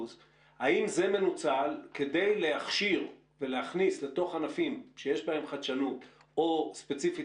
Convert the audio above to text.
האם זה מנוצל כדי להכשיר ולהכניס לתוך ענפים שיש בהם חדשנות או ספציפית